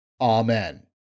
Amen